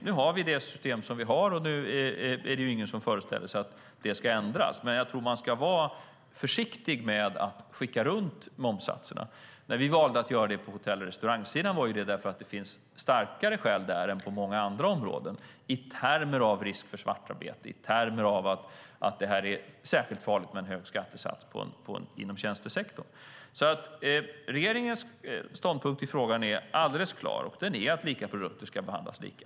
Nu har vi det system som vi har, och det är ingen som föreställer sig att det ska ändras. Men jag tror att man ska vara försiktig med att skicka runt momssatserna. När vi valde att göra det på hotell och restaurangsidan var det ju för att det fanns starkare skäl där än på många andra områden, i termer av risk för svartarbete och i termer av att det är särskilt farligt med en hög skattesats inom tjänstesektorn. Regeringens ståndpunkt i frågan är alldeles klar, och den är att lika produkter ska behandlas lika.